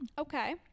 Okay